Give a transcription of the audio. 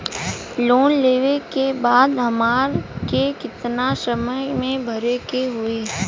Loan लेवे के बाद हमरा के कितना समय मे भरे के होई?